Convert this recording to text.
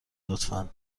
لطفا